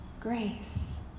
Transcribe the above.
Grace